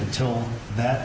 until that